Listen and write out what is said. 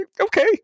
Okay